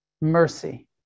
mercy